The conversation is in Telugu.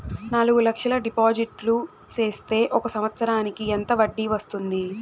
నాలుగు లక్షల డిపాజిట్లు సేస్తే ఒక సంవత్సరానికి ఎంత వడ్డీ వస్తుంది?